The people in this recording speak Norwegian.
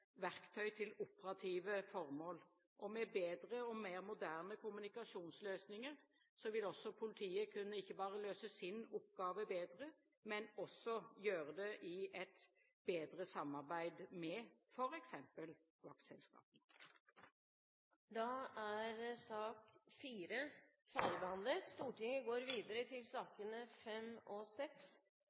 og mer moderne kommunikasjonsløsninger vil også politiet kunne ikke bare løse sin oppgave bedre, men også gjøre det i et bedre samarbeid med f.eks. vaktselskapene. Da er sak nr. 4 ferdigbehandlet. Etter ønske fra næringskomiteen vil presidenten foreslå at sakene nr. 5 og